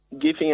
giving